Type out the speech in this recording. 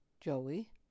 Joey